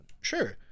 Sure